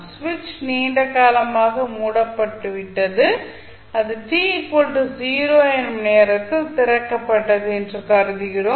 சுவிட்ச் நீண்ட காலமாக மூடப்பட்டுவிட்டது அது t 0 எனும் நேரத்தில் திறக்கப்பட்டது என்று கருதுகிறோம்